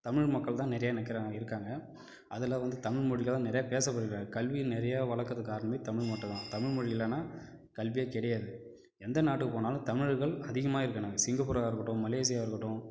தமிழ் மக்கள் தான் நிறையா நிக்க இருக்காங்க அதில் வந்து தமிழ் மொழியில தான் நிறையா பேசப்படுகிறார்கள் கல்வி நிறையா வளர்க்கறதுக்கு காரணமே தமிழ் மட்டுந்தான் தமிழ்மொழி இல்லைனா கல்வியே கிடையாது எந்த நாட்டுக்கு போனாலும் தமிழர்கள் அதிகமாக இருக்கிறோம் நாங்கள் சிங்கப்பூராக இருக்கட்டும் மலேசியாவாக இருக்கட்டும்